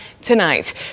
tonight